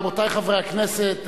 רבותי חברי הכנסת,